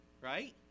right